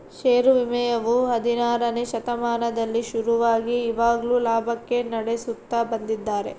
ಷೇರು ವಿನಿಮಯವು ಹದಿನಾರನೆ ಶತಮಾನದಲ್ಲಿ ಶುರುವಾಗಿ ಇವಾಗ್ಲೂ ಲಾಭಕ್ಕಾಗಿ ನಡೆಸುತ್ತ ಬಂದಿದ್ದಾರೆ